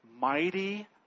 Mighty